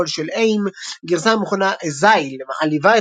בפרוטוקול של AIM. גרסה המכונה Azile מעליבה